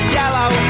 yellow